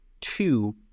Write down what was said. two